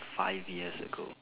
five years ago